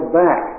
back